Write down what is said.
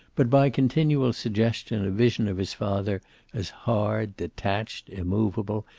but by continual suggestion a vision of his father as hard, detached, immovable,